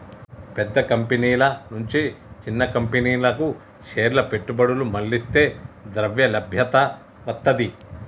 పెద్ద కంపెనీల నుంచి చిన్న కంపెనీలకు షేర్ల పెట్టుబడులు మళ్లిస్తే ద్రవ్యలభ్యత వత్తది